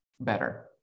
better